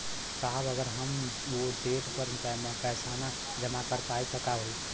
साहब अगर हम ओ देट पर पैसाना जमा कर पाइब त का होइ?